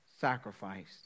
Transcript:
sacrificed